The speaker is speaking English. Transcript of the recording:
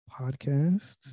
podcast